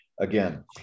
again